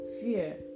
fear